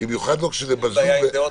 במיוחד לא כשזה בזום --- אין לי בעיה עם דעות,